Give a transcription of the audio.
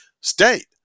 state